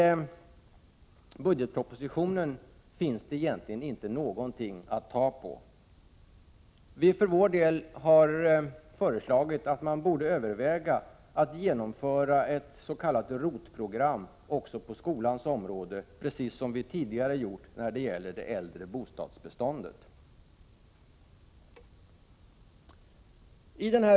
I budgetpropositionen finns egentligen inte någonting att ta på. Vi har föreslagit att man borde överväga att genomföra ett s.k. ROT program även på skolans område, precis som man tidigare har gjort när det gäller det äldre bostadsbeståndet.